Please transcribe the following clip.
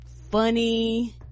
funny